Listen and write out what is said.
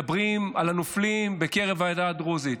מדברים על הנופלים בקרב העדה הדרוזית.